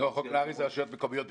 --- חוק נהרי זה רשויות מקומיות בכלל,